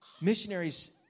missionaries